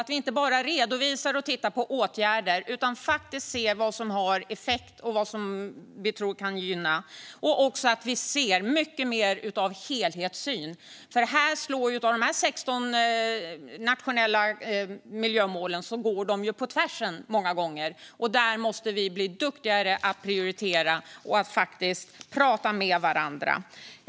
Vi ska inte bara redovisa och titta på åtgärder utan faktiskt se vad som har effekt och vad vi tror är gynnsamt. Vi behöver även ha mycket mer av en helhetssyn, för dessa 16 nationella miljömål går många gånger på tvärsen. Där måste vi bli duktigare på att prioritera och prata med varandra.